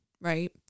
right